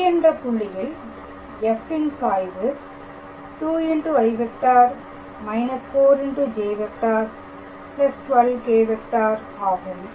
P என்ற புள்ளியில் f ன் சாய்வு 2i − 4j 12k̂ ஆகும்